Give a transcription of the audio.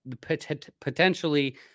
potentially